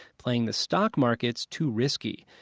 playing the stock market's too risky.